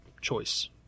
choice